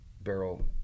barrel